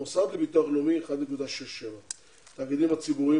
המוסד לביטוח לאומי 1.67%. בתאגידים הציבוריים